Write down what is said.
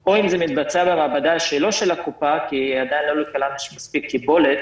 או אם זה מתבצע במעבדה שלא של הקופה כי עדין לא לכולן יש מספיק קיבולת